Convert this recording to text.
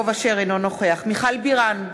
אינו נוכח מיכל בירן,